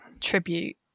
tribute